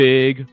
Big